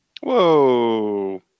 Whoa